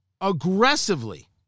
aggressively